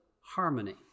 harmony